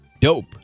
Dope